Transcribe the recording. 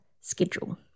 schedule